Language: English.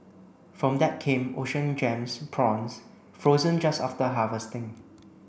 from that came Ocean Gems prawns frozen just after harvesting